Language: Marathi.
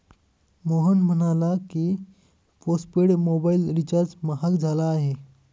मोहन म्हणाला की, पोस्टपेड मोबाइल रिचार्ज महाग झाला आहे